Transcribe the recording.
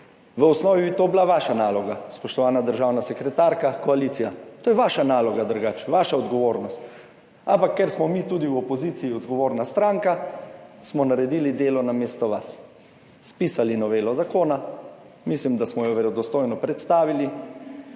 V osnovi bi to bila vaša naloga, spoštovana državna sekretarka, koalicija. To je vaša naloga, drugače vaša odgovornost. Ampak ker smo mi tudi v opoziciji odgovorna stranka, smo naredili delo namesto vas, spisali novelo zakona – mislim, da smo jo verodostojno predstavili